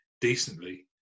decently